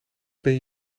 ben